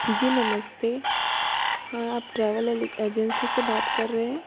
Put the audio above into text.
जी नमस्ते हाँ आप ट्रैवल एल एजेंसी से बात कर रहे हैं